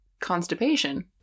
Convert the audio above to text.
constipation